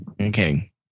Okay